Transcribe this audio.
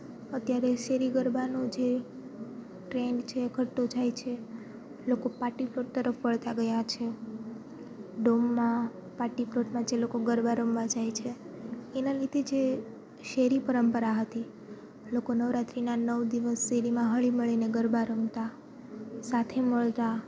અત્યારે શેરી ગરબાનો જે ટ્રેન્ડ છે ઘટતો જાય છે લોકો પાર્ટી પ્લોટ તરફ વળતા ગયા છે ડોમમાં પાર્ટી પ્લોટમાં જે લોકો ગરબા રમવા જાય છે એના લીધે જે શેરી પરંપરા હતી લોકો નવરાત્રીના નવ દિવસ શેરીમાં હળીમળીને ગરબા રમતા સાથે મળતા